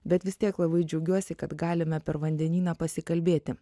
bet vis tiek labai džiaugiuosi kad galime per vandenyną pasikalbėti